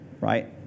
right